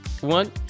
one